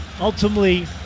ultimately